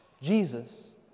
Jesus